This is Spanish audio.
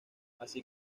así